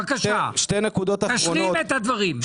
בבקשה, תשלים את הדברים.